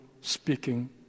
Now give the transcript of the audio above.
speaking